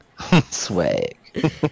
Swag